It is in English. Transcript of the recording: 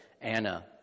Anna